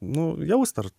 nu jaust ar